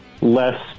less